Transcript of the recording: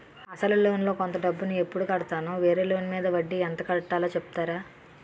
అసలు లోన్ లో కొంత డబ్బు ను ఎప్పుడు కడతాను? వేరే లోన్ మీద వడ్డీ ఎంత కట్తలో చెప్తారా?